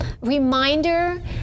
reminder